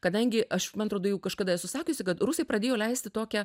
kadangi aš man atrodo jau kažkada esu sakiusi kad rusai pradėjo leisti tokią